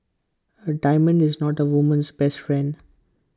A diamond is not A woman's best friend